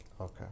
Okay